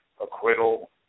acquittal